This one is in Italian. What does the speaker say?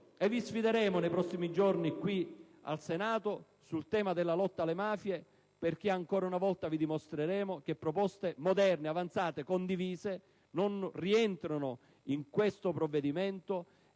Vi sfideremo nei prossimi giorni, qui in Senato, sul tema della lotta alle mafie ed ancora una volta vi dimostreremo che proposte moderne, avanzate, condivise non rientrano in questo provvedimento.